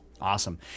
Awesome